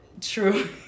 true